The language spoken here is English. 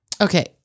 Okay